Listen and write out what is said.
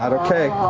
ah okay.